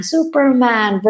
Superman